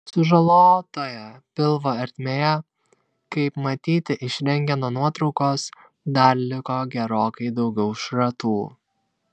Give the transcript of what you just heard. sužalotoje pilvo ertmėje kaip matyti iš rentgeno nuotraukos dar liko gerokai daugiau šratų